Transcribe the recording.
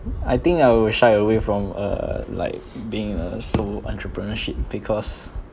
I think I will shy away from err like being a sole entrepreneurship because